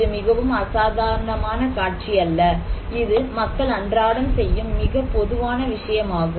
இது மிகவும் அசாதாரணமான காட்சி அல்ல இது மக்கள் அன்றாடம் செய்யும் மிகப் பொதுவான விஷயமாகும்